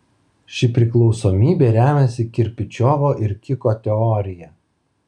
ši priklausomybė remiasi kirpičiovo ir kiko teorija